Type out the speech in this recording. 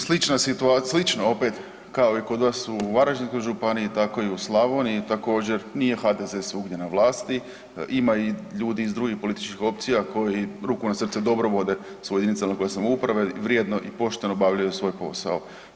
Slična situacija, slična opet kao i kod vas u Varaždinskoj županiji tako i u Slavoniji, također nije HDZ svugdje na vlasti, ima i ljudi iz drugih političkih opcija koji, ruku na srce, dobro vode svoje JLS-ove vrijedno i pošteno obavljaju svoj posao.